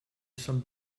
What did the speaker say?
sommes